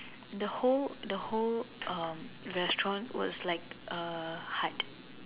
the whole the whole um restaurant was like uh hard